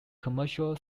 commercial